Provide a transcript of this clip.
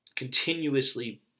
continuously